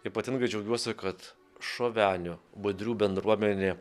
ypatingai džiaugiuosi kad šovenių budrių bendruomenė